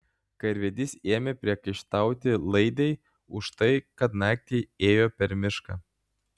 karvedys ėmė priekaištauti laidei už tai kad naktį ėjo per mišką